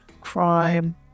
crime